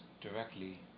directly